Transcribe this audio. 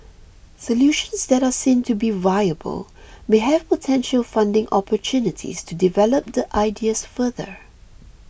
solutions that are seen to be viable may have potential funding opportunities to develop the ideas further